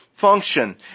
function